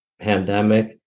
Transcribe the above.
pandemic